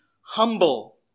humble